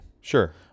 Sure